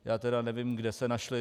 Já tedy nevím, kde se našly.